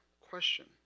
question